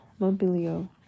Mobilio